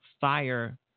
Fire